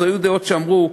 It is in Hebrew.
אז היו דעות שאמרו: